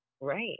right